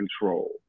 control